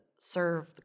serve